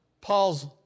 Paul's